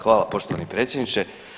Hvala poštovani predsjedniče.